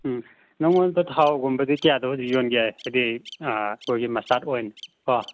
ꯎꯝ ꯅꯉꯣꯟꯗ ꯊꯥꯎꯒꯨꯝꯕꯗꯤ ꯀꯌꯥꯗ ꯌꯣꯟꯒꯦ ꯍꯥꯏꯗꯤ ꯑꯩꯈꯣꯏꯒꯤ ꯃꯁꯇꯥꯠ ꯑꯣꯏꯜ ꯀꯣ